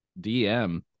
DM